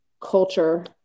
culture